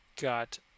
got